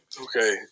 okay